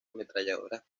ametralladoras